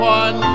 one